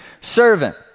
servant